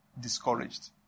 discouraged